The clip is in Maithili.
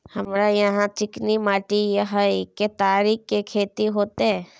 हमरा यहाँ चिकनी माटी हय केतारी के खेती होते?